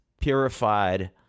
purified